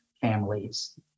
families